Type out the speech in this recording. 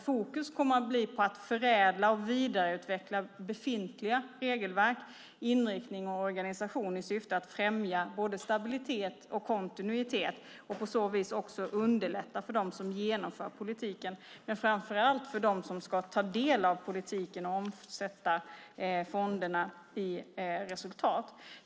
Fokus kommer att bli på att förädla och vidareutveckla befintliga regelverk, inriktning och organisation i syfte att främja både stabilitet och kontinuitet och på så vis underlätta för dem som genomför politiken, men framför allt för dem som ska ta del av politiken och omsätta fonderna i resultat.